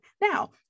Now